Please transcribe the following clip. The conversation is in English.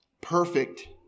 perfect